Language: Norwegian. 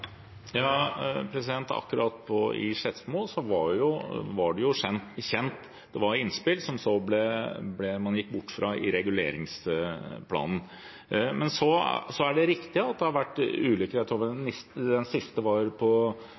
Akkurat i Skedsmo var det jo kjent, det var innspill som man så gikk bort fra i reguleringsplanen. Men det er riktig at det har vært ulykker. Jeg tror den siste var på